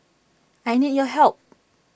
I need your help